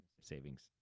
savings